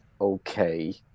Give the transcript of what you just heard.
okay